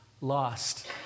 lost